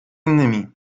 innymi